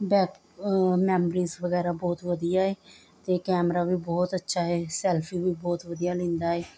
bat memories ਵਗੈਰਾ ਬਹੁਤ ਵਧੀਆ ਹੈ ਅਤੇ ਕੈਮਰਾ ਵੀ ਬਹੁਤ ਅੱਛਾ ਹੈ ਸੈਲਫੀ ਵੀ ਬਹੁਤ ਵਧੀਆ ਲੈਂਦਾ ਹੈ